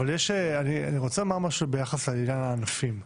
אני רוצה לומר משהו ביחס לעניין הענפים.